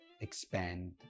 expand